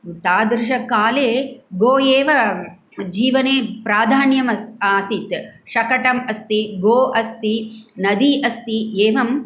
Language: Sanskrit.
तादृशकाले गो एव जीवने प्राधान्यं आसीत् शकटम् अस्ति गो अस्ति नदी अस्ति एवं